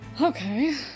Okay